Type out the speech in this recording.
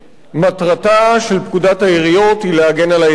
מטרתה של פקודת היערות היא להגן על העצים.